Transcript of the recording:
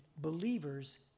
believers